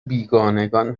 بیگانگان